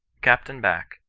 captain back,